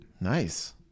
Nice